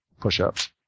push-ups